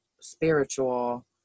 spiritual